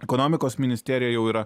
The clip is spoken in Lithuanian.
ekonomikos ministerija jau yra